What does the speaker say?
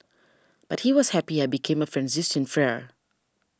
but he was happy I became a Franciscan friar